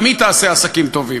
גם היא תעשה עסקים טובים.